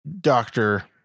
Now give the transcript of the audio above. Doctor